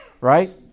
right